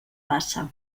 bassa